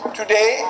today